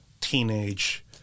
teenage